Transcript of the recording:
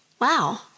Wow